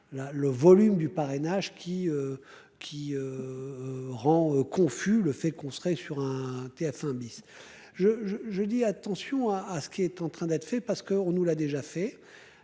le volume du parrainage qui. Qui. Rend confus, le fait qu'on serait sur un TF1 bis je je je dis attention à, à ce qui est en train d'être fait parce qu'on nous l'a déjà fait.